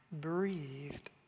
breathed